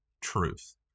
truth